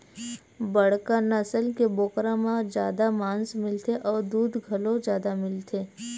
बड़का नसल के बोकरा म जादा मांस मिलथे अउ दूद घलो जादा मिलथे